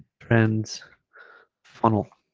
trends funnel